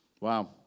Wow